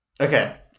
Okay